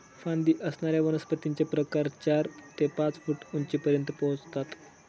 फांदी असणाऱ्या वनस्पतींचे प्रकार चार ते पाच फूट उंचीपर्यंत पोहोचतात